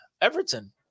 Everton